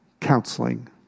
counseling